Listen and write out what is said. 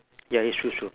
ya it's true true